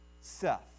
Seth